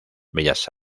bellas